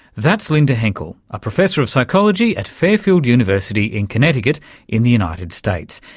that's linda henkel, a professor of psychology at fairfield university in connecticut in the united states.